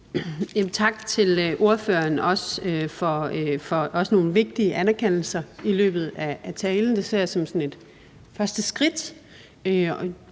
Tak til ordføreren, også for nogle vigtige anerkendelser i løbet af talen. Det ser jeg som sådan et første skridt,